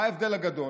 מה ההבדל הגדול?